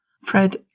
Fred